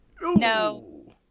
No